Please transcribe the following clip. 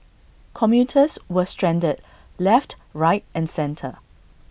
commuters were stranded left right and centre